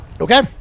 Okay